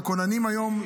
וכוננים היום,